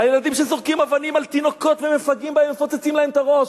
שזורקים אבנים על תינוקות ופוגעים בהם ומפוצצים להם את הראש.